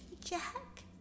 Jack